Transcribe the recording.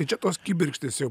tai čia tos kibirkštys jau